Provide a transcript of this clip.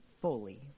fully